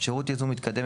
"שירות ייזום מתקדם,